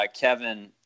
Kevin